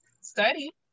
study